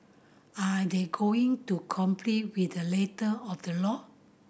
are they going to comply with a letter of the law